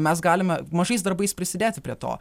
mes galime mažais darbais prisidėti prie to